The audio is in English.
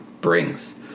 brings